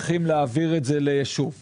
הוצגו כאן 20 ומשהו סעיפים.